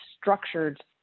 structured